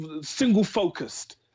single-focused